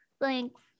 Thanks